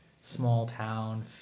small-town